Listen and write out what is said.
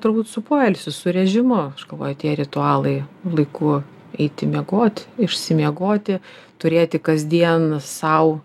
turbūt su poilsiu su režimu aš galvoju tie ritualai laiku eiti miegot išsimiegoti turėti kasdien sau